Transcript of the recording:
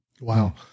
Wow